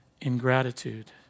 ingratitude